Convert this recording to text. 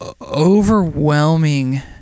overwhelming